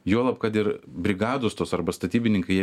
juolab kad ir brigados tos arba statybininkai jie